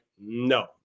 no